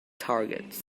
targets